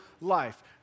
life